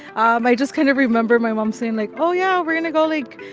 um i just kind of remember my mom saying, like, oh yeah, we're going to go, like,